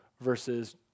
versus